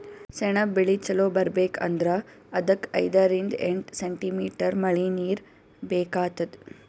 ಸೆಣಬ್ ಬೆಳಿ ಚಲೋ ಬರ್ಬೆಕ್ ಅಂದ್ರ ಅದಕ್ಕ್ ಐದರಿಂದ್ ಎಂಟ್ ಸೆಂಟಿಮೀಟರ್ ಮಳಿನೀರ್ ಬೇಕಾತದ್